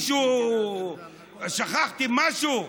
שכחתי משהו?